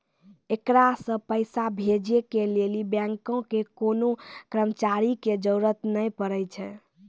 एकरा से पैसा भेजै के लेली बैंको के कोनो कर्मचारी के जरुरत नै पड़ै छै